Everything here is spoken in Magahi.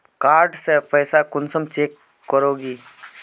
कार्ड से पैसा कुंसम चेक करोगी?